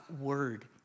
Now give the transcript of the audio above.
word